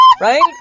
right